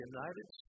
United